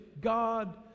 God